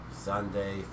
Sunday